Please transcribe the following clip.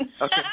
Okay